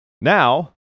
Now